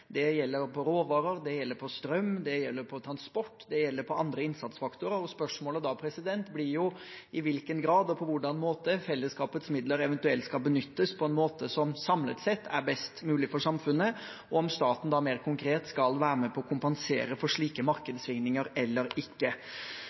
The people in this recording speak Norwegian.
Det gjelder råvarer, det gjelder strøm, det gjelder transport, og det gjelder på andre innsatsfaktorer. Spørsmålet da blir i hvilken grad og på hvilken måte fellesskapets midler eventuelt skal benyttes på en måte som samlet sett er best for samfunnet, og om staten da mer konkret skal være med på å kompensere for slike